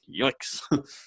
Yikes